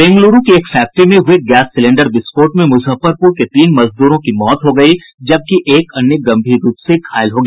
बेंगलूरू के एक फैक्ट्री में हुए गैस सिलेंडर विस्फोट में मुजफ्फरपुर के तीन मजदूरों की मौत हो गयी जबकि एक अन्य गंभीर रूप से घायल हो गया